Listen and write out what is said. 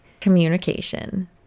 Communication